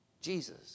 Jesus